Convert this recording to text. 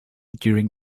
during